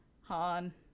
Han